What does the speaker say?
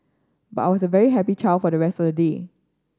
but I was very happy child for the rest of the day